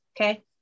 Okay